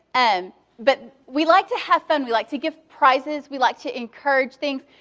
um but we like to have fun. we like to give prizes. we like to encourage things.